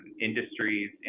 industries